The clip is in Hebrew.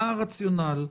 מה הרציונל?